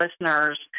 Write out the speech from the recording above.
listeners